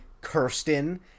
Kirsten